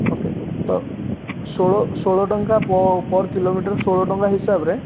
okay ତ ଷୋହଳ ଷୋହଳ ଟଙ୍କା ପର୍ କିଲୋମିଟର୍ ଷୋହଳ ଟଙ୍କା ହିସାବରେ